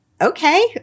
okay